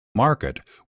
market